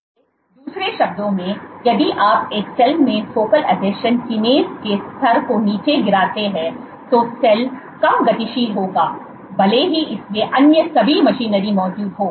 इसलिए दूसरे शब्दों में यदि आप एक सेल में फोकल आसंजन किनेज़ के स्तर को नीचे गिराते हैं तो सेल कम गतिशील होगा भले ही इसमें अन्य सभी मशीनरी मौजूद हों